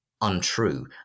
untrue